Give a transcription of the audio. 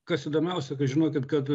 kas įdomiausia kad žinokit kad